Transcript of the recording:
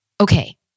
okay